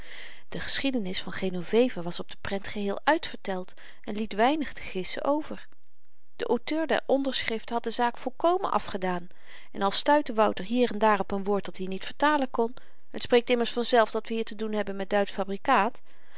de geschiedenis van genoveva was op de prent geheel uitverteld en liet weinig te gissen over de auteur der onderschriften had de zaak volkomen afgedaan en al stuitte wouter hier en daar op n woord dat-i niet vertalen kon t spreekt immers vanzelf dat we hier te doen hebben met duitsch fabrikaat